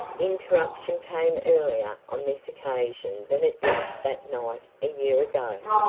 interruption came earlier on this occasion than it did that night a year ago.